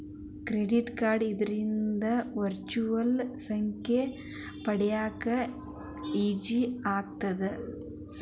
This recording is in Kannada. ಕ್ರೆಡಿಟ್ ಕಾರ್ಡ್ ಇತ್ತಂದ್ರ ವರ್ಚುಯಲ್ ಸಂಖ್ಯೆ ಪಡ್ಯಾಕ ಈಜಿ ಆಗತ್ತ?